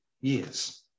years